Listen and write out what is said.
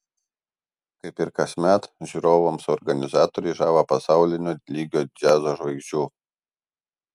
kaip ir kasmet žiūrovams organizatoriai žada pasaulinio lygio džiazo žvaigždžių